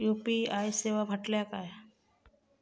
UPI सेवा म्हटल्या काय?